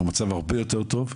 אנחנו במצב הרבה יותר טוב.